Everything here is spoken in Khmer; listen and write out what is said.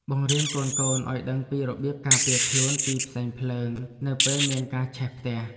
បង្រៀនកូនៗឱ្យដឹងពីរបៀបការពារខ្លួនពីផ្សែងភ្លើងនៅពេលមានការឆេះផ្ទះ។